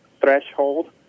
threshold